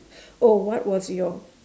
oh what was your